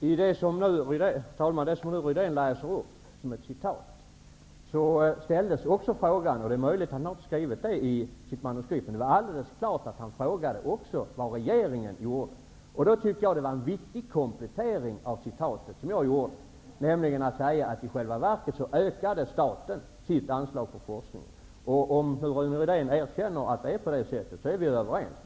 Herr talman! I samband med det som Rydén nu läste upp som ett citat ställde han också frågan -- det är möjligt att han inte har skrivit det i sitt manuskript -- vad regeringen gjorde. Jag tyckte då att det var viktigt att komplettera citatet som jag gjorde, nämligen med att staten i själva verket ökade sitt anslag till forskningen. Om Rune Rydén också erkänner att det är på det viset är vi överens.